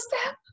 step